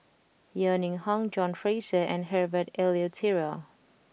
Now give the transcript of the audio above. Yeo Ning Hong John Fraser and Herbert Eleuterio